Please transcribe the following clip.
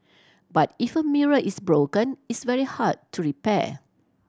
but if a mirror is broken it's very hard to repair